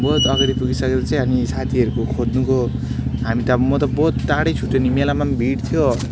बहुत अगाडि पुगि सकेपछि अनि साथीहरूको खोज्नुको हामी त म त बहुत टाढै छुट्यो नि मेलामा पनि भिड थियो